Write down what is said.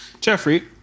Jeffrey